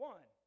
One